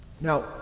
Now